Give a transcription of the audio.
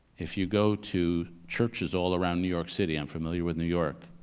if you go to churches all around new york city, i'm familiar with new york,